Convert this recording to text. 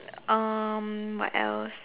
um what else